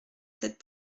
cette